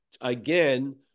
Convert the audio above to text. Again